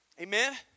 Amen